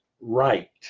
right